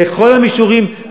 בכל המישורים,